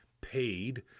paid